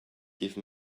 give